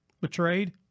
Betrayed